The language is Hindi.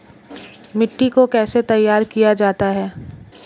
मिट्टी को कैसे तैयार किया जाता है?